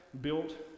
built